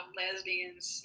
lesbians